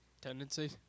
tendency